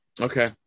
Okay